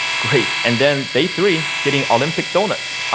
great. and then day three getting olympic doughnuts.